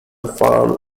farm